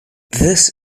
this